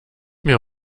mir